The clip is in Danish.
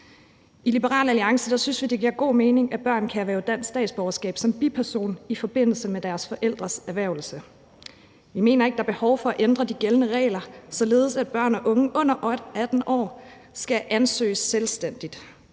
I Liberal Alliance synes vi, det giver god mening, at børn kan erhverve dansk statsborgerskab som bipersoner i forbindelse med deres forældres erhvervelse. Vi mener ikke, der er behov for at ændre de gældende regler, således at børn og unge under 18 år skal ansøge selvstændigt.